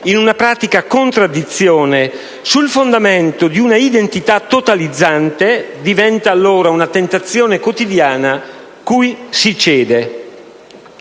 in una pratica contraddizione sul fondamento di una identità totalizzante diventa allora una tentazione quotidiana cui si cede.